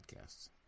podcasts